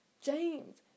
James